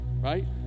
Right